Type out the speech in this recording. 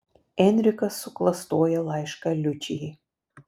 enrikas suklastoja laišką liučijai